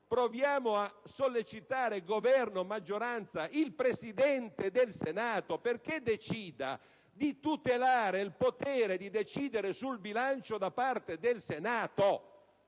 proviamo a sollecitare il Governo, la maggioranza e il Presidente del Senato affinché venga tutelato il potere di decidere sul bilancio da parte del Senato.